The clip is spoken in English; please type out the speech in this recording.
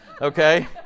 okay